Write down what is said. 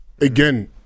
again